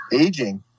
aging